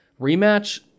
rematch